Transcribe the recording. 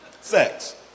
sex